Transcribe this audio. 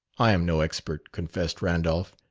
i am no expert, confessed randolph.